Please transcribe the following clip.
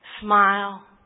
smile